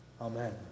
amen